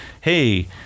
Hey